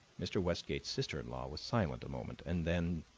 mr. westgate's sister-in-law was silent a moment, and then,